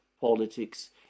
politics